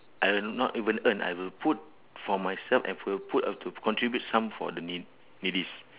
I will not even earn I will put for myself and for will put up to contribute some for the need needies